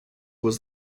was